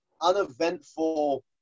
uneventful